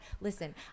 listen